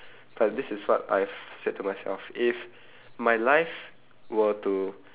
but this is what I've said to myself if my life were to